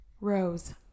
Rose